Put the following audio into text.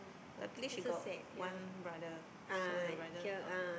luckily she got one brother so the brother helped